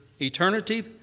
eternity